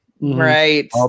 Right